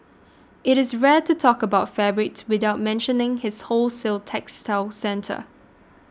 it is rare to talk about fabrics without mentioning his wholesale textile centre